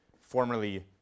formerly